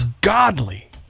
godly